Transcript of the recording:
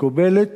מקובלת,